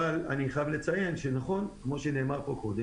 אני חייב לציין שכמו שנאמר פה קודם,